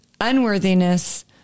unworthiness